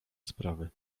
sprawy